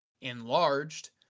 enlarged